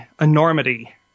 enormity